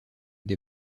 des